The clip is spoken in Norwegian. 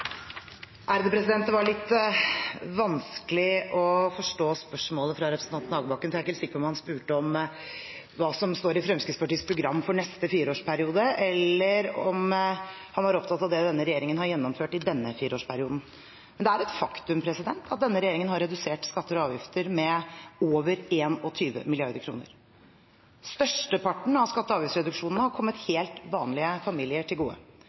Det var litt vanskelig å forstå spørsmålet fra representanten Hagebakken. Jeg er ikke helt sikker på om han spurte om hva som står i Fremskrittspartiets program for neste fireårsperiode eller om han var opptatt av det denne regjeringen har gjennomført i denne fireårsperioden. Det er et faktum at denne regjeringen har redusert skatter og avgifter med over 21 mrd. kr. Størsteparten av skatte- og avgiftsreduksjonene har kommet helt vanlige familier til gode.